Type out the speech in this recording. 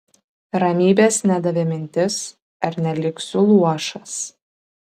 ramybės nedavė mintis ar neliksiu luošas